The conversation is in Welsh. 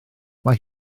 mae